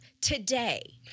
today